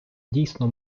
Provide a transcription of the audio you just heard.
дійсно